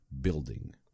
building